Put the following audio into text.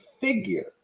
figure